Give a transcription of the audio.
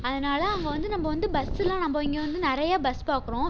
அதனால் அங்கே வந்து நம்ம வந்து பஸ்ஸெல்லாம் நம்ம இங்கே வந்து நிறைய பஸ் பார்க்கறோம்